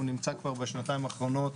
הוא נמצא כבר בשנתיים האחרונות